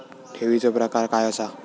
ठेवीचो प्रकार काय असा?